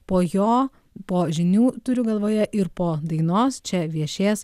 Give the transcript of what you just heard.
po jo po žinių turiu galvoje ir po dainos čia viešės